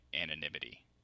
anonymity